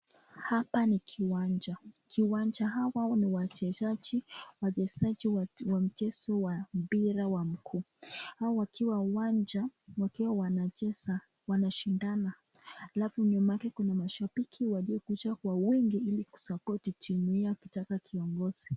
Hapa ni kiwanja. Kiwanja hawa ni wachezaji, wachezaji wa mchezo wa mpira wa mguu. Hawa wakiwa uwanja wakiwa wanacheza wanashindana halafu nyuma yake kuna mashabiki waliokuja kwa wingi ili kusupporti timu hiyo ikitaka kiongoze.